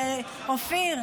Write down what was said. אופיר,